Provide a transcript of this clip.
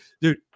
dude